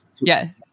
Yes